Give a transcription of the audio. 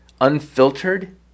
unfiltered